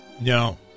No